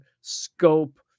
scope